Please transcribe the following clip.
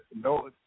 no